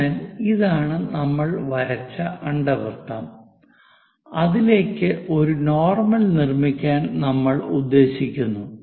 അതിനാൽ ഇതാണ് നമ്മൾ വരച്ച അണ്ഡവൃത്തം അതിലേക്ക് ഒരു നോർമൽ നിർമ്മിക്കാൻ നമ്മൾ ഉദ്ദേശിക്കുന്നു